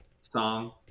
song